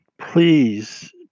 Please